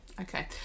okay